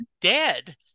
dead